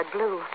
Blue